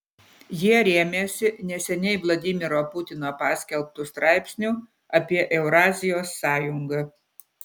jie rėmėsi neseniai vladimiro putino paskelbtu straipsniu apie eurazijos sąjungą